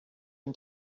him